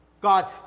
God